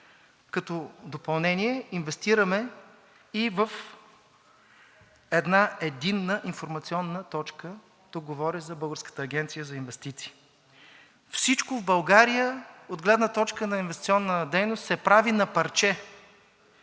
Като допълнение инвестираме и в една единна информационна точка, тук говоря за Българската агенция за инвестиции. Всичко в България от гледна точка на инвестиционна дейност се прави на парче.